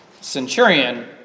Centurion